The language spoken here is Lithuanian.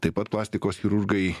taip pat plastikos chirurgai